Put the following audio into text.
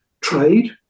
trade